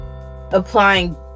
applying